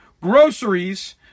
groceries